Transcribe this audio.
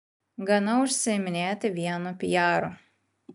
gana užsiiminėti vienu pijaru